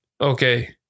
Okay